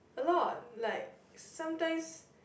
a lot like sometimes